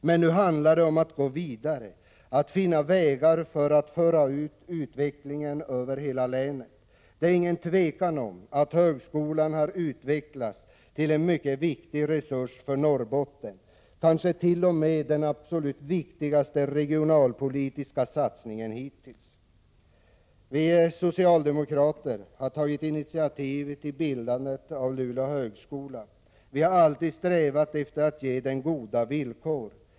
Men nu handlar det om att gå vidare och att finna vägar för att föra ut utvecklingen över hela länet. Det råder ingen tvekan om att högskolan har utvecklats till en mycket viktig resurs för Norrbotten, kanske t.o.m. den absolut viktigaste regionalpolitiska satsningen hittills. Vi socialdemokrater har tagit initiativ till bildandet av Luleå högskola. Vi har alltid strävat efter att ge den goda villkor.